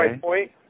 point